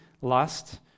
lust